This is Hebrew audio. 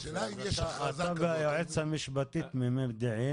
השאלה אם יש הכרזה -- יופי אז אתה והיועץ המשפטי תמימי דעים.